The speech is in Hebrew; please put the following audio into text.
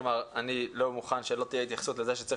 כלומר אני לא מוכן שלא תהיה התייחסות לזה שצריך